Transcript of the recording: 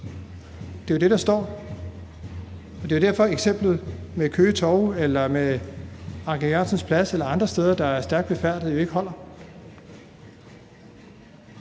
Det er jo det, der står, og det er derfor, eksemplet med Køge Torv eller med Anker Jørgensens Plads eller andre steder, der er stærkt befærdede, jo ikke holder.